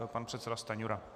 Pan předseda Stanjura.